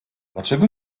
dlaczego